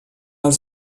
els